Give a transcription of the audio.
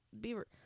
beaver